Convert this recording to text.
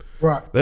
Right